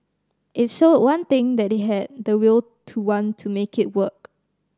it showed one thing that they had the will to want to make it work